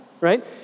Right